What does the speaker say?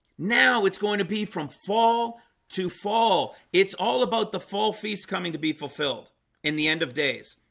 now it's going to be from fall to fall it's all about the fall feasts coming to be fulfilled in the end of days